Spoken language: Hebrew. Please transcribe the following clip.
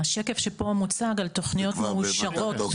השקף שפה מוצג על תוכניות מאושרות.